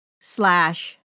slash